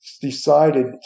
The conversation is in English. decided